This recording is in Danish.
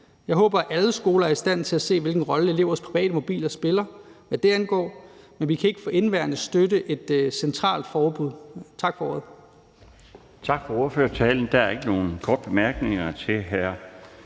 Jeg håber, at alle skoler er i stand til at se, hvilken rolle elevers private mobiler spiller, hvad det angår, men vi kan ikke for indeværende støtte et centralt forbud. Tak for ordet.